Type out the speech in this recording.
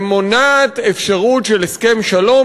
ומונעת אפשרות של הסכם שלום,